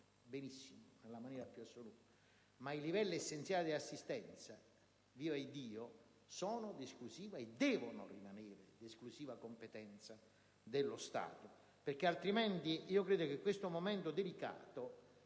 benissimo, nella maniera più assoluta, ma i livelli essenziali di assistenza, vivaddio, sono e devono rimanere di esclusiva competenza dello Stato. Io credo che questo momento delicato